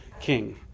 king